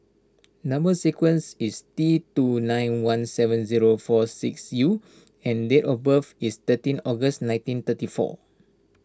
Number Sequence is T two nine one seven zero four six U and date of birth is thirteen August nineteen thirty four